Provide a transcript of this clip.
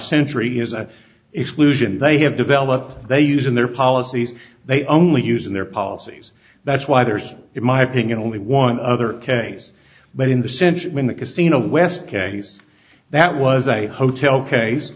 century is an exclusion they have developed they use in their policies they only use in their policies that's why there's in my opinion only one other case but in the sense in the casino west case that was a hotel case